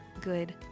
good